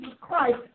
Christ